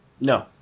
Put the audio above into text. No